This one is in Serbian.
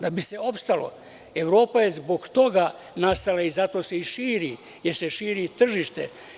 Da bi se opstalo, Evropa je zbog toga nastala i zato se i širi jer se širi tržište.